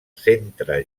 centre